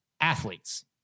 athletes